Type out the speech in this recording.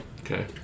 okay